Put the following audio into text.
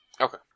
Okay